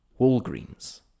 Walgreens